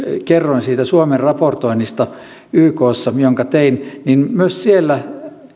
kerroin siitä suomen raportoinnista ykssa jonka tein niin myös siellä